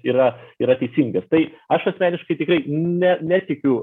yra yra teisingas tai aš asmeniškai tikrai ne netikiu